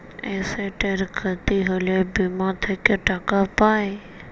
এসেটের খ্যতি হ্যলে বীমা থ্যাকে টাকা পাই